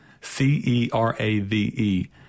C-E-R-A-V-E